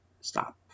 stop